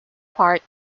part